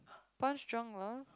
punch drunk lah